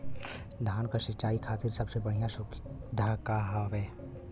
धान क सिंचाई खातिर सबसे बढ़ियां सुविधा का हवे?